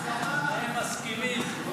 הם מסכימים.